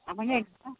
আপুনি